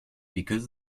because